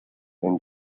and